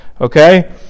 okay